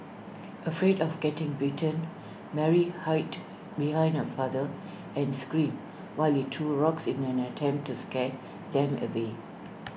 afraid of getting bitten Mary hid behind her father and screamed while he threw rocks in an attempt to scare them away